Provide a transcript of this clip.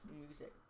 music